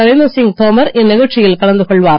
நரேந்திர சிங் தோமர் இந்நிகழ்ச்சியில் கலந்து கொள்வார்